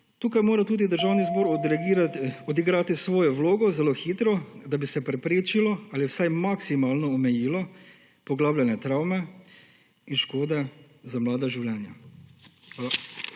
Tukaj mora tudi Državni zbor odigrati svojo vlogo zelo hitro, da bi se preprečilo ali vsaj maksimalno omejilo poglabljanje travme in škode za mlada življenja. Hvala.